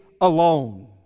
alone